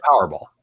powerball